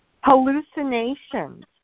Hallucinations